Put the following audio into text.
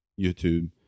YouTube